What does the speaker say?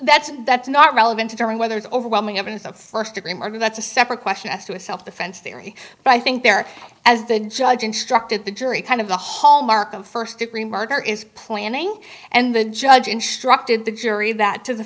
that's that's not relevant to whether is overwhelming evidence of first degree murder that's a separate question as to a self defense theory but i think they're as the judge instructed the jury kind of the hallmarks of first degree murder is planning and the judge instructed the jury that to